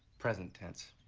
present tense.